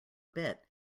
bit